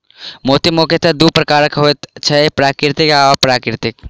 मोती मुखयतः दू प्रकारक होइत छै, प्राकृतिक आ अप्राकृतिक